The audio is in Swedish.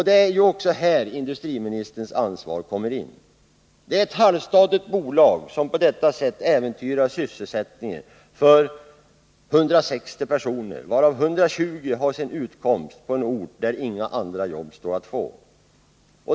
Det är också här industriministerns ansvar kommer in. Det är ett halvstatligt bolag som på detta sätt äventyrar sysselsättningen för 160 personer, varav 120 har sin utkomst på en ort där inga andra jobb står att få.